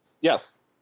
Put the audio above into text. Yes